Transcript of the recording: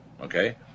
Okay